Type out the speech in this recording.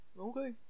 Okay